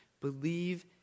believe